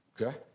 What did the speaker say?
Okay